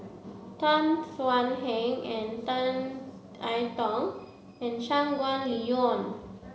Tan Thuan Heng and Tan I Tong and Shangguan Liuyun